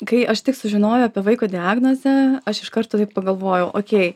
kai aš tik sužinojau apie vaiko diagnozę aš iš karto taip pagalvojau okei